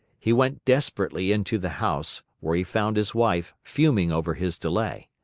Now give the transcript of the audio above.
he went desperately into the house, where he found his wife fuming over his delay.